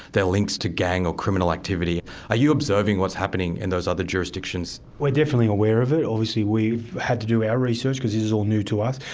their links to gang or criminal activity are you observing what's happening in those other jurisdictionsnathan trueman we're definitely aware of it. obviously, we've had to do our research because this is all new to us.